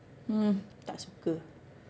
hmm tak suka